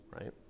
right